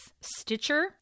Stitcher